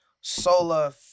Sola